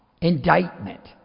indictment